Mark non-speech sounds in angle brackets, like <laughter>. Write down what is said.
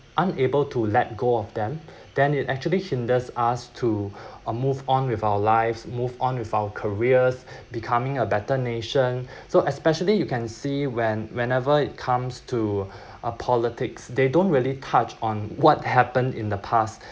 unable to let go of them then it actually hinders us to <breath> move on with our lives move on with our careers becoming a better nation so especially you can see when whenever it comes to uh politics they don't really touch on what happened in the past